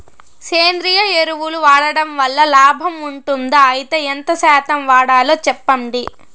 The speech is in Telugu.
సేంద్రియ ఎరువులు వాడడం వల్ల లాభం ఉంటుందా? అయితే ఎంత శాతం వాడాలో చెప్పండి?